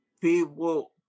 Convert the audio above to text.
people